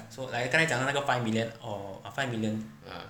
so like 刚才讲的那个 five million orh ah five million